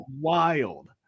wild